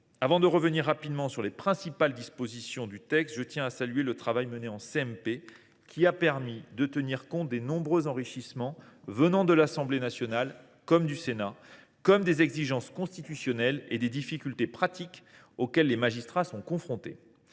Avant de revenir rapidement sur les principales dispositions du texte, je tiens à saluer le travail qui a été mené en commission mixte paritaire pour tenir compte des nombreux enrichissements venant tant de l’Assemblée nationale que du Sénat, comme des exigences constitutionnelles et des difficultés pratiques auxquelles les magistrats sont confrontés.